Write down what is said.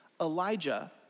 Elijah